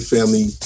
Family